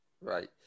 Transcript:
Right